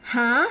!huh!